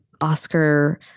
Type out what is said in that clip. Oscar